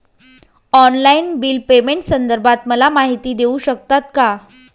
Online bill पेमेंटसंदर्भात मला माहिती देऊ शकतात का?